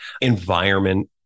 environment